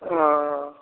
ओ